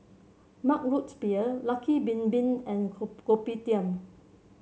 Mug Root Beer Lucky Bin Bin and Kopitiam